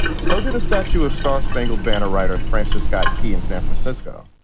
so did a statue of star spangled banner writer francis scott key in san francisco.